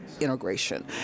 integration